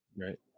right